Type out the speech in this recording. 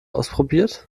ausprobiert